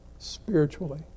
spiritually